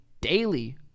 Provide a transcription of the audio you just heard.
daily